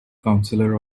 counselor